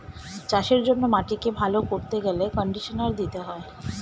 চাষের জন্য মাটিকে ভালো করতে গেলে কন্ডিশনার দিতে হয়